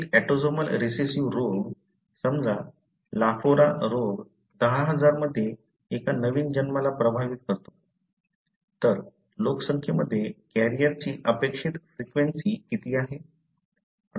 एक autosomal recessive रोग समजा लाफोरा रोग 10000 मध्ये एका नवीन जन्माला प्रभावित करतो तर लोकसंख्येमध्ये कॅरियरची अपेक्षित फ्रिक्वेंसी किती आहे